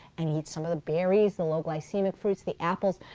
and eat some of the berries and low glycemic fruits, the apples.